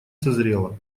созрело